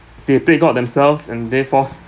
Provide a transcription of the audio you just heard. they paid god themselves and therefore